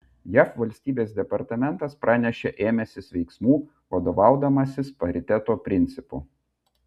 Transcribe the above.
jav valstybės departamentas pranešė ėmęsis veiksmų vadovaudamasis pariteto principu